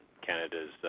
Canada's